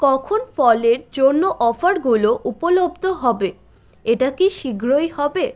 কখন ফলের জন্য অফারগুলো উপলব্ধ হবে এটা কি শীঘ্রই হবে